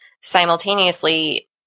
simultaneously